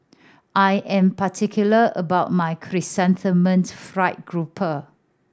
I am particular about my Chrysanthemum Fried Grouper